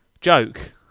Joke